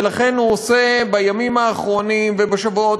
ולכן הוא עושה בימים האחרונים ובשבועות